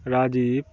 Rajib